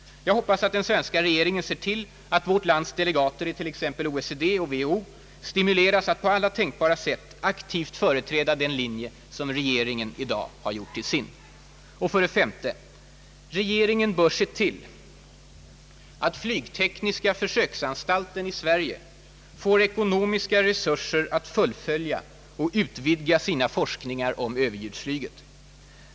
Jag hoppas att den svenska regeringen ser till att vårt lands delegater i t.ex. OECD och WHO stimuleras att på alla tänkbara sätt aktivt företräda den linje som regeringen i dag har gjort till sin. 5) Regeringen bör se till att flygtekniska försöksanstalten i Sverige får ekonomiska resurser att fullfölja och utvidga sina forskningar om överljudsflyget.